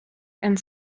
and